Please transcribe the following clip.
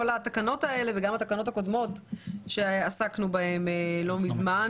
התקנות האלה וגם התקנות הקודמות בהן עסקנו לא מזמן.